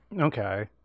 Okay